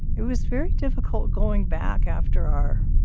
it was very difficult going back after our.